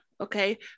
okay